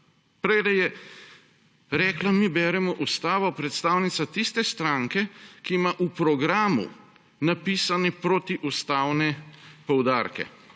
Prejle je rekla, mi beremo ustavo, predstavnica tiste stranke, ki ima v programu napisane protiustavne poudarke,